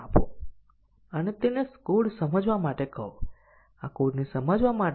આપણે તે દરેક ક્રમાંકિત ધાર માટે નોડ દોરીએ છીએ